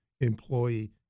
employee